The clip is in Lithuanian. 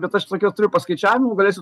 bet aš sakiau turiu paskaičiavimų galėsiu